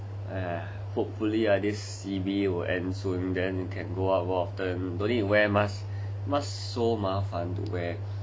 hopefully hor this C_B will end soon then can go out more often don't need to wear mask mask so 麻烦 to wear